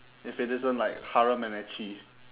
if it isn't like harem and ecchi